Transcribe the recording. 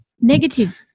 negative